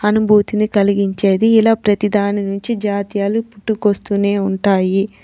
అనుభూతిని కలిగించేది ఇలా ప్రతిదానినుంచి జాతీయాలు పుట్టుకొస్తూనే ఉంటాయి